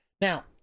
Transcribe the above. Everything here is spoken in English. Now